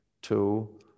Two